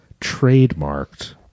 trademarked